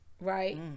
Right